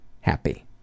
HAPPY